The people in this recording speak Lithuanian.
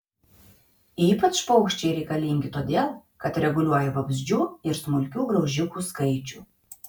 ypač paukščiai reikalingi todėl kad reguliuoja vabzdžių ir smulkių graužikų skaičių